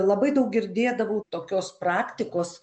labai daug girdėdavau tokios praktikos